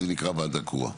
שזה נקראה וועדה קרואה.